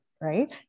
right